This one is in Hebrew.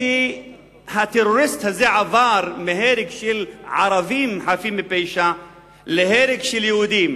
היא שהטרוריסט הזה עבר מהרג של ערבים חפים מפשע להרג של יהודים.